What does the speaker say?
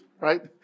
right